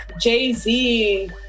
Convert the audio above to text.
Jay-Z